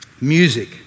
Music